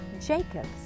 Jacob's